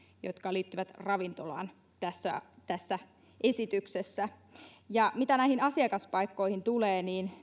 jotka liittyvät ravintolaan tässä tässä esityksessä mitä näihin asiakaspaikkoihin tulee niin